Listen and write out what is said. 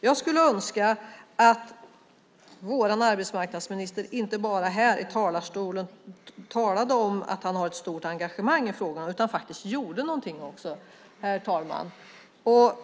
Jag skulle önska att vår arbetsmarknadsminister inte bara här i talarstolen talade om att han har ett stort engagemang i frågan utan att han faktiskt gjorde något också, herr talman.